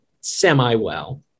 semi-well